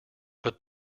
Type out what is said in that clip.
but